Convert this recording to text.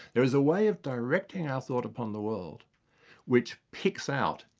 there is a way of directing our thought upon the world which picks out,